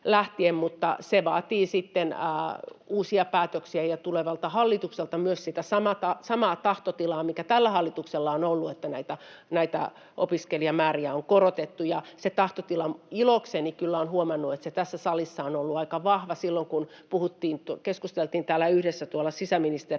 se vaatii sitten uusia päätöksiä ja myös tulevalta hallitukselta sitä samaa tahtotilaa, mikä tällä hallituksella on ollut, että näitä opiskelijamääriä on korotettu. Se tahtotila — ilokseni kyllä olen huomannut — tässä salissa oli aika vahva silloin, kun keskusteltiin täällä yhdessä sisäministeriön